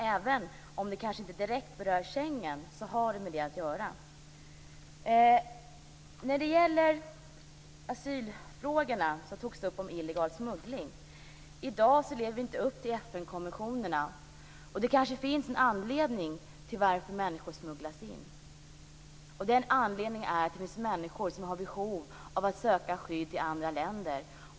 Även om det kanske inte direkt berör Schengen har det med den frågan att göra. Frågorna om asyl och illegal smuggling har också tagits upp i debatten. I dag lever vi inte upp till FN konventionen. Det kanske finns en anledning till att människor smugglas in, nämligen att människor har behov av att söka skydd i andra länder.